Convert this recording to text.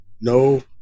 No